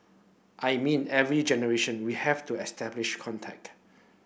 I mean every generation we have to establish contact